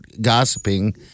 gossiping